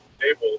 table